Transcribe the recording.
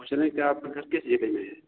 पूछ लें कि आपका घर किस जगह में है